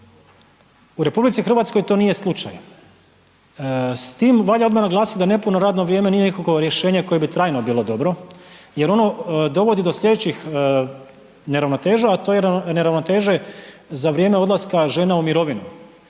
U RH to nije slučaj. S tim valja odmah naglasiti da nepuno radno vrijeme nije nikakvo rješenje koje bi trajno bilo dobro jer ono dovodi do slijedećih neravnoteža, a to je neravnoteže za vrijeme odlaska žena u mirovinu